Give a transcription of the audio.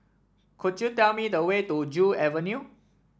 could you tell me the way to Joo Avenue